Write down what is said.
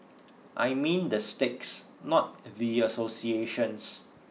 I mean the sticks not the associations